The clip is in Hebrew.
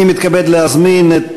אני מתכבד להזמין את